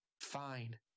Fine